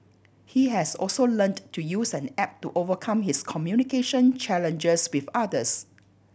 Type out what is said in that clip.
he has also learnt to use an app to overcome his communication challenges with others